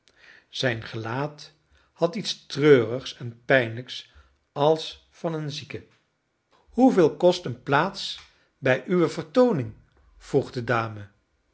zijn gelaat had iets treurigs en pijnlijks als van een zieke hoeveel kost een plaats bij uwe vertooning vroeg de dame